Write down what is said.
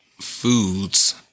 foods